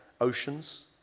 Oceans